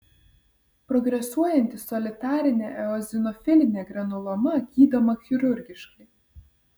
progresuojanti solitarinė eozinofilinė granuloma gydoma chirurgiškai